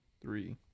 three